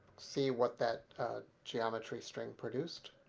see what that geometry string produced.